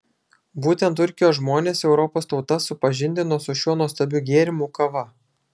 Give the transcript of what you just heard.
būtent turkijos žmonės europos tautas supažindino su šiuo nuostabiu gėrimu kava